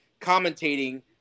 commentating